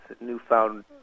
newfound